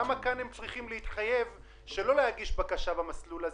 למה כאן הם לא מקבלים את הסיוע הזה?